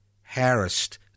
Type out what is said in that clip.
harassed